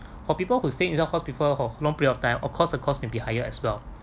for people who stay inside hospital for long period of time of course the cost may be higher as well